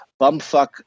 bumfuck